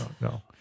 no